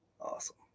Awesome